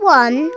one